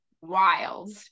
wild